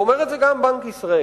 ואומר את זה גם בנק ישראל.